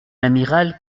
amiral